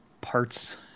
parts